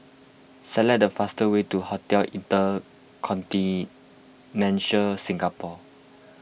select the fast way to Hotel Inter Continental Singapore